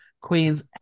queens